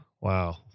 Wow